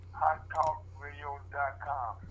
hottalkradio.com